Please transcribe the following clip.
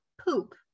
poop